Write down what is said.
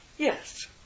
Yes